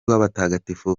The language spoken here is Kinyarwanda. w’abatagatifu